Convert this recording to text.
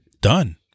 done